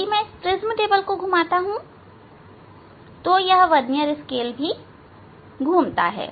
यदि मैं इस प्रिज्म टेबल को घुमाता हूं तो यह वर्नियर स्केल भी घूमता है